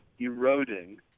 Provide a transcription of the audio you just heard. eroding